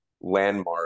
landmark